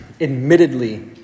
admittedly